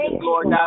Lord